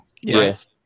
Yes